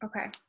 Okay